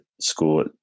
school